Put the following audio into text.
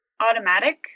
automatic